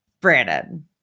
Brandon